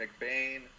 McBain